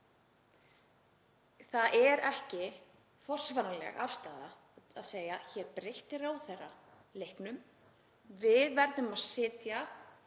Það er ekki forsvaranleg afstaða að segja: Hér breytti ráðherra leiknum. Við verðum að sitja